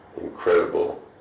incredible